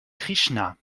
krishna